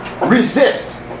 Resist